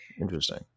interesting